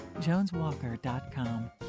JonesWalker.com